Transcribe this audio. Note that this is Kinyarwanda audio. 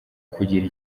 kugira